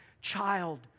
child